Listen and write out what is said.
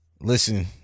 Listen